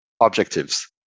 objectives